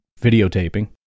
videotaping